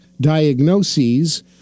diagnoses